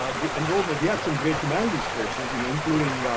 ah the enrollment, we had some great humanities courses you know including